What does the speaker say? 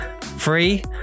free